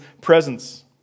presence